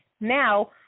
Now